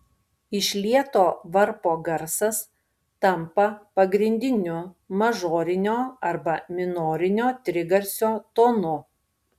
išlieto varpo garsas tampa pagrindiniu mažorinio arba minorinio trigarsio tonu